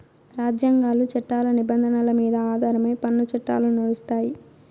రాజ్యాంగాలు, చట్టాల నిబంధనల మీద ఆధారమై పన్ను చట్టాలు నడుస్తాయి